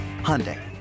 Hyundai